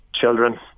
children